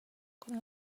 con